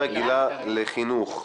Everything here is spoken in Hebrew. ועדה רגילה לחינוך.